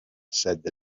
said